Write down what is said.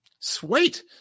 sweet